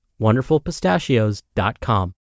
WonderfulPistachios.com